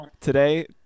today